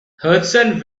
henderson